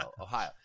Ohio